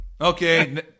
Okay